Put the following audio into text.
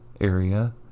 area